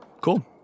cool